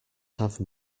have